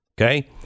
Okay